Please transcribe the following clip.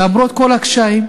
למרות כל הקשיים,